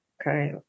okay